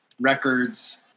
records